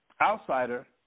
outsider